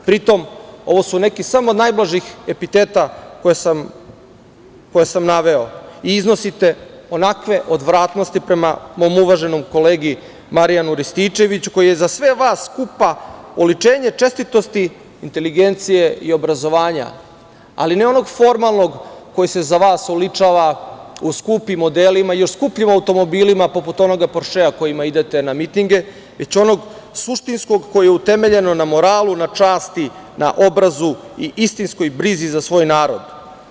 Pri tom, ovo su neki samo od najblažih epiteta koje sam naveo i iznosite onakve odvratnosti prema mom uvaženom kolegi Marijanu Rističeviću, koji je za sve vas skupa, oličenje čestitosti, inteligencije i obrazovanja, ali, ne onog formalnog koji se za vas oličava u skupim odelima i u skupim automobilima, poput onog poršea kojim idete na mitinge, već onog suštinskog koji je utemeljen na moralu, na časti, na obrazu i istinskoj brizi za svoj narod.